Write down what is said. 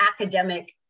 academic